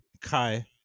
Kai